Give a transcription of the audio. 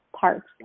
parts